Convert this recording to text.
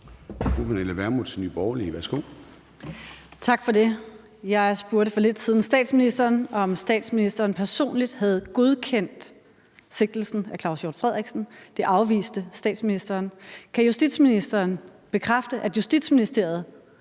Pernille Vermund (NB): Tak for det. Jeg spurgte for lidt siden statsministeren, om statsministeren personligt havde godkendt sigtelsen af Claus Hjort Frederiksen. Det afviste statsministeren. Kan justitsministeren bekræfte, at Justitsministeriet